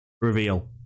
reveal